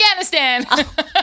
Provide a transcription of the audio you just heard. Afghanistan